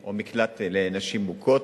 או מקלט לנשים מוכות.